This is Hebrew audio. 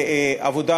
עבודה